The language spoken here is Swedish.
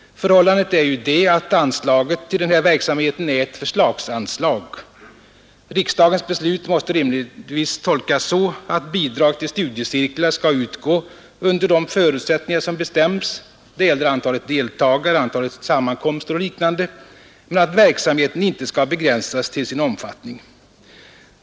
Förhållandet är ju det, att anslaget till denna verksamhet är ett förslagsanslag. Riksdagens beslut måste rimligtvis tolkas så, att bidrag till studiecirklar skall utgå under de förutsättningar som bestäms — det gäller antalet deltagare och antalet sammankomster och liknande — men att verksamheten inte skall begränsas till sin omfattning.